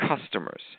customers